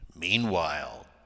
Meanwhile